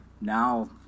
Now